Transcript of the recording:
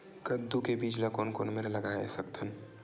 कददू के बीज ला कोन कोन मेर लगय सकथन?